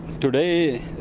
Today